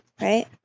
right